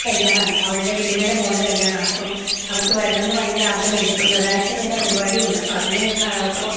കല്യാണമാണ് അവളുടെ വല്യമ്മേടെ മോളുടെ കല്യാണമാണ് അപ്പം അവൾക്ക് വരണംന്നു ഭയങ്കര ആഗ്രഹമുണ്ട് പിന്നെ ഒരാഴ്ച നീണ്ട പരിപാടിയുണ്ട് അപ്പോൾ അതിന് പോ